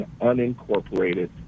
unincorporated